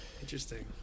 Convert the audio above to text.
interesting